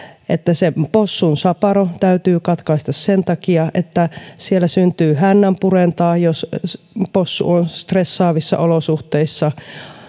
että se possun saparo täytyy katkaista sen takia että siellä syntyy hännänpurentaa jos possu on stressaavissa olosuhteissa